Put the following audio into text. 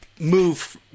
Move